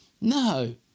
No